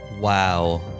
Wow